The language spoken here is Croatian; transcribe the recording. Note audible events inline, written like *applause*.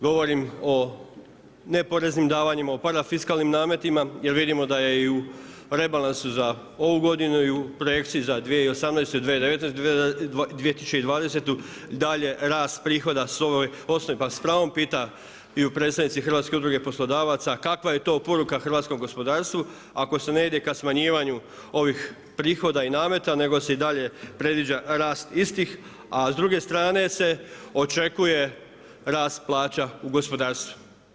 Govorim o neporeznim davanjima, o parafiskalnim nametima, jer vidimo da je i u rebalansu za ovu godinu i u projekciji za 2018., 2019., 2020. dalje rast prihoda … *unintelligible* s pravom pita u predstavnici Hrvatske udruge poslodavaca, kakva je to poruka hrvatskom gospodarstvu, ako se ne ide ka smanjivanju ovih prihoda i nameta, nego se i dalje predviđa rast istih, a s druge strane se očekuje rast plaća u gospodarstvu.